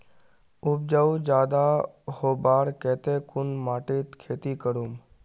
उपजाऊ ज्यादा होबार केते कुन माटित खेती करूम?